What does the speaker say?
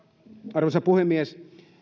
arvoisa puhemies